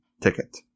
ticket